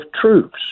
troops